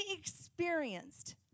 experienced